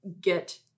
get